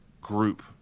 group